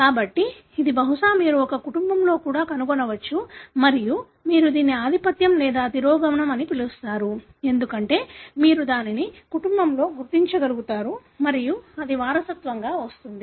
కాబట్టి ఇది బహుశా మీరు ఒక కుటుంబంలో కూడా కనుగొనవచ్చు మరియు మీరు దీన్ని ఆధిపత్యం లేదా తిరోగమనం అని పిలుస్తారు ఎందుకంటే మీరు దానిని కుటుంబంలో గుర్తించగలుగుతారు మరియు అది వారసత్వంగా వస్తుంది